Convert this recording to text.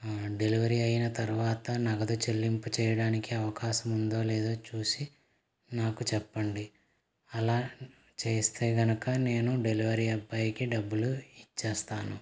delivery అయిన తర్వాత నగదు చెల్లింపు చేయడానికి అవకాశం ఉందో లేదో చూసి నాకు చెప్పండి అలా చేస్తే కనుక నేను డెలివరీ అబ్బాయికి డబ్బులు ఇచ్చేస్తాను